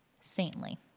saintly